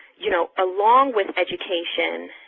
you know, along with education,